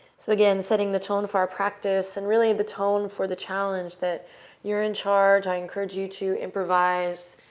so again, setting the tone for our practice and really the tone for the challenge that you're in charge. i encourage you to improvise,